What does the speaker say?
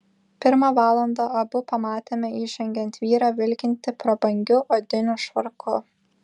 pirmą valandą abu pamatėme įžengiant vyrą vilkintį prabangiu odiniu švarku